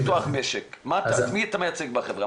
את מי אתה מייצג בחברה?